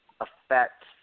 affect